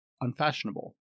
unfashionable